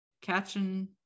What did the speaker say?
catching